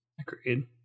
Agreed